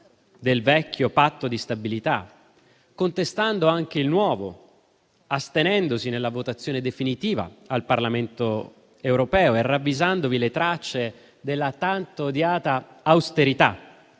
del vecchio Patto di stabilità, contestando anche il nuovo, astenendosi nella votazione definitiva al Parlamento europeo e ravvisandovi le tracce della tanto odiata austerità